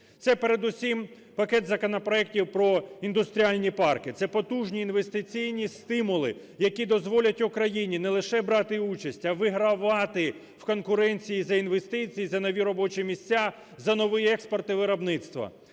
Це передусім пакет законопроектів про індустріальні парки, це потужні інвестиційні стимули, які дозволять Україні не лише брати участь, а вигравати в конкуренції за інвестиції, за нові робочі місця, за новий експорт і виробництво.